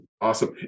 Awesome